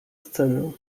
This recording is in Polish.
scenę